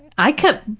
i kept.